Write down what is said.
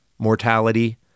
Mortality